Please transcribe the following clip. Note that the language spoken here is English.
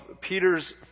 Peter's